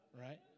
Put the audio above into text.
right